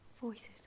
Voices